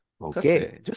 okay